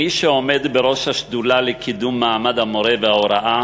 כמי שעומד בראש השדולה לקידום מעמד המורה וההוראה,